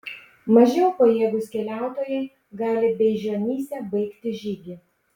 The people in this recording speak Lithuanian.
mažiau pajėgūs keliautojai gali beižionyse baigti žygį